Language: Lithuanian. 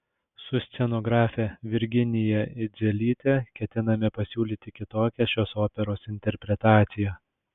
su scenografe virginija idzelyte ketiname pasiūlyti kitokią šios operos interpretaciją